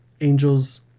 Angel's